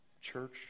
Church